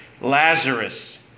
Lazarus